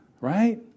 right